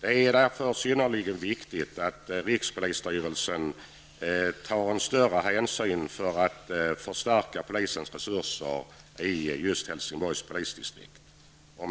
Det är därför synnerligen viktigt att rikspolisstyrelsen tar större hänsyn och därmed förstärker polisens resurser i just Med